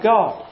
God